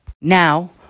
Now